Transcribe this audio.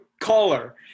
caller